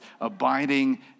abiding